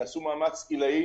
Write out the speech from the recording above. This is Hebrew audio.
יעשו מאמץ עילאי,